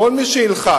כל מי שילחץ,